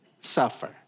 suffer